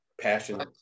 passion